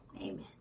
Amen